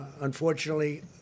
unfortunately